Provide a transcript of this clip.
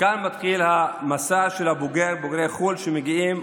כאן מתחיל המסע של בוגרי חו"ל שמגיעים,